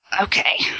okay